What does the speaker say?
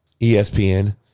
ESPN